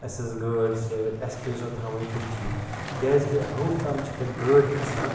اَسہِ ٲس گٲڑۍ سۭتۍ اَسہِ پے سۄ تھاوٕنۍ بٕتھی کیٛازکہِ ہیوٚر تام چھِ تَتہِ گٲڑۍ کھسان